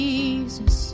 Jesus